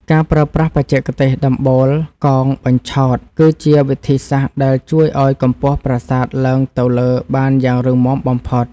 ការប្រើប្រាស់បច្ចេកទេសដំបូលកោងបញ្ឆោតគឺជាវិធីសាស្រ្តដែលជួយឱ្យកម្ពស់ប្រាសាទឡើងទៅលើបានយ៉ាងរឹងមាំបំផុត។